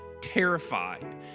terrified